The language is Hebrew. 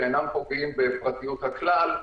שאינם פוגעים בפרטיות הכלל,